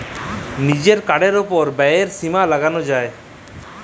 লিজের কার্ডের ওপর ব্যয়ের সীমা লাগাল যায়